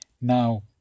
Now